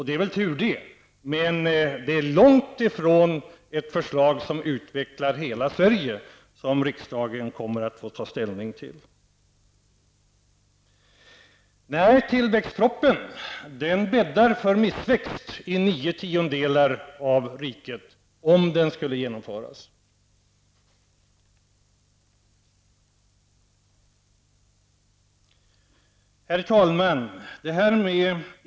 Det är väl tur det, men det förslag som riksdagen kommer att få ta ställning till är långt ifrån ett förslag som utvecklar hela Sverige. Nej, tillväxtpropositionen bäddar för missväxt i nio tiondelar av riket om den skulle genomföras. Herr talman!